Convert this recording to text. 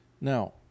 Now